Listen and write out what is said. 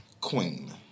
Queen